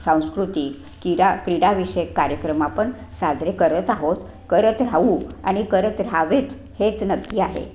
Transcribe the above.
सांस्कृतिक कीरा क्रीडाविषयक कार्यक्रम आपण साजरे करत आहोत करत राहू आणि करत राहावेच हेच नक्की आहे